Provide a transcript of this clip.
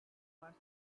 parts